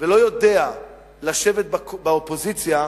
ולא יודע לשבת באופוזיציה,